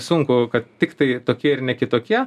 sunku kad tiktai tokie ir ne kitokie